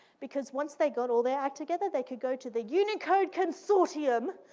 because once they got all their act together, they could go to the unicode consortium,